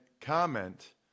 comment